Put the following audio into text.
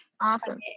Awesome